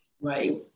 Right